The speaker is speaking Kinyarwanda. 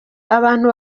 abantu